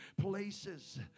Places